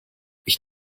ich